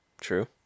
true